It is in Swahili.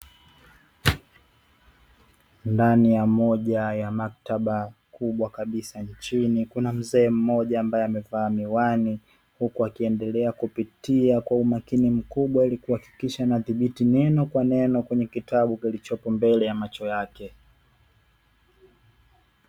Ndani ya moja ya maktaba kubwa kabisa nchini, kuna mzee mmoja ambae amevaa miwani huku akiendelea kupitia kwa umakini mkubwa ili kuhakikisha anadhibiti neno kwa neno kwenye kitabu kilichopo mbele yake.